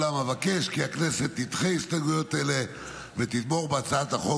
אולם אבקש כי הכנסת תדחה הסתייגויות אלה ותתמוך בהצעת החוק